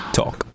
talk